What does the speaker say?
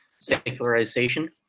secularization